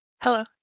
Hello